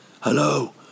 Hello